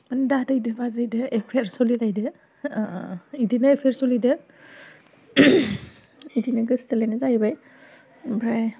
माने दादैजों बाजैजों एफियार सोलिलायदों बिदिनो एफियार सोलिदों बिदिनो गोसथोलायनाय जाहैबाय ओमफ्राय